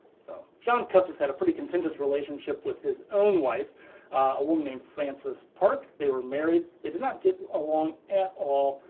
so, john custis had a pretty contentious relationship with his own wife, a woman named francis parke. they were married. they did not get along at all.